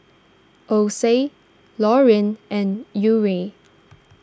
Ocie Loreen and Uriel